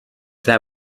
that